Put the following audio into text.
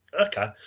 okay